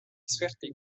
suerte